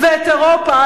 את אירופה,